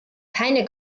keine